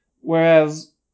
whereas